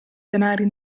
denari